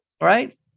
Right